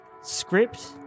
script